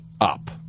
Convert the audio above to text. up